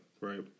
Right